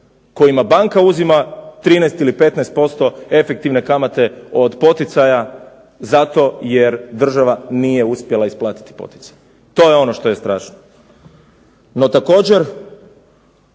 Kojima banka uzima 13 ili 15% efektivne kamate od poticaja zato jer država nije uspjela isplatiti poticaje. To je ono što je strašno. NO, također,